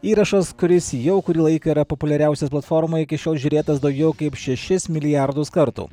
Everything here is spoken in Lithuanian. įrašas kuris jau kurį laiką yra populiariausias platformoj iki šiol žiūrėtas daugiau kaip šešis milijardus kartų